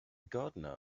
gardener